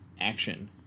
action